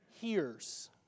hears